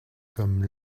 comme